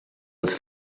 els